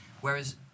Whereas